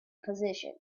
position